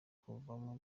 kuvaho